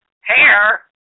hair